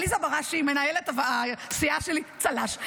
עליזה בראשי, מנהלת הסיעה שלי, צל"ש.